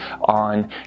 on